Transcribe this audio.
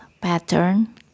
pattern